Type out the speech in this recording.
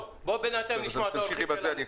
בינתיים נשמע את האורחים שלנו.